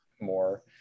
more